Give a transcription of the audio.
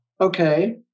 okay